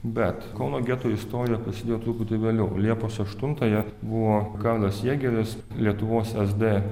bet kauno geto istorija prasidėjo truputį vėliau liepos aštuntąją buvo karlas jėgeris lietuvos sd